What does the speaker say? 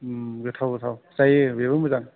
उम गोथाव गोथाव जायो बेबो मोजां